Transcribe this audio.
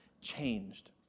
changed